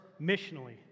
missionally